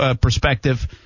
perspective